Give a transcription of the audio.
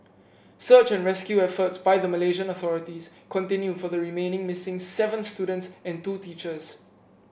search and rescue efforts by the Malaysian authorities continue for the remaining missing seven students and two teachers